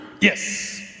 Yes